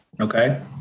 Okay